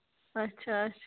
اَچھا اَچھ